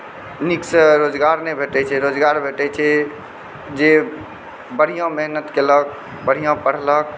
नीकसँ रोजगार नहि भेटै छै रोजगार भेटै छै जे बढ़िऑं मेहनत केलक बढ़िऑं पढ़लक